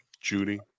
Judy